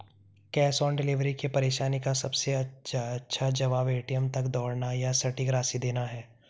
cash on delivery की परेशानी का सबसे अच्छा जवाब, ए.टी.एम तक दौड़ना या सटीक राशि देना है